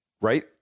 right